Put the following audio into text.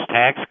tax